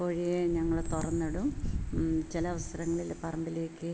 കോഴിയെ ഞങ്ങൾ തുറന്നിടും ചില അവസരങ്ങളിൽ പറമ്പിലേക്ക്